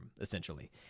essentially